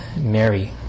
Mary